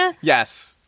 Yes